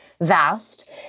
vast